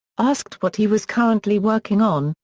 asked what he was currently working on,